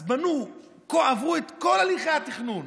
אז עברו את כל הליכי התכנון,